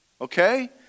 Okay